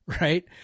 Right